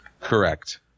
correct